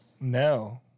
No